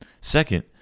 Second